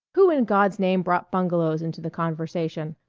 who in god's name brought bungalows into the conversation?